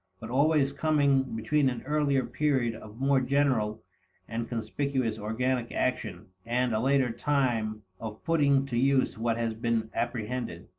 but always coming between an earlier period of more general and conspicuous organic action and a later time of putting to use what has been apprehended.